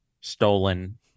stolen